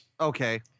Okay